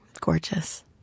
Gorgeous